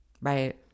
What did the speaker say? right